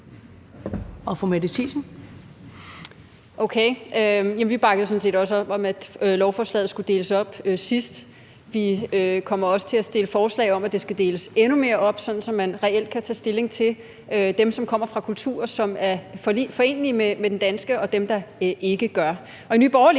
13:06 Mette Thiesen (NB): Okay. Jamen vi bakkede sådan set også op om, at lovforslaget skulle deles op, sidst. Vi kommer også til at stille forslag om, at det skal deles endnu mere op, sådan at man reelt kan tage stilling til dem, som kommer fra kulturer, som er forenelige med den danske, og dem, der ikke gør. Og i Nye Borgerlige